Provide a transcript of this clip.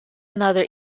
another